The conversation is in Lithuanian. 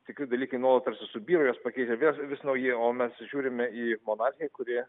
tikri dalykai nuolat subyra juos pakeičia vėl vis nauji o mes žiūrime į monarchiją kuri